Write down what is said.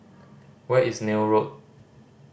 where is Neil Road